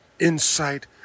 insight